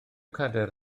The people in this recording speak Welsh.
cadair